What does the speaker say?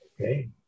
Okay